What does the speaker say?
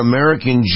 American